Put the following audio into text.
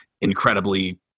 incredibly